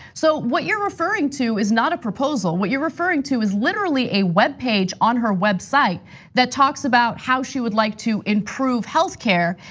so what you're referring to is not a proposal, what you're referring to is literally a web page on her website that talks about how she would like to improve healthcare.